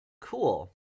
cool